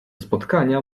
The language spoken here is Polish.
spotkania